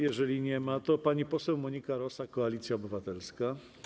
Jeżeli go nie ma, to pani poseł Monika Rosa, Koalicja Obywatelska.